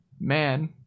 man